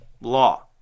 law